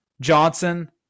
Johnson